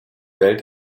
welt